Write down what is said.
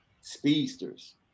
speedsters